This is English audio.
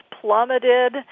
plummeted